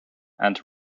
and